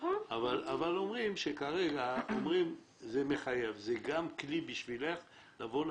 הזה אומרים שחייבים נציג שלך שאת